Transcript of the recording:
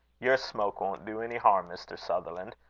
your smoke won't do any harm, mr. sutherland.